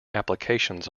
applications